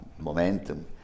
momentum